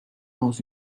dans